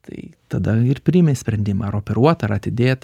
tai tada ir priėmi sprendimą ar operuot ar atidėt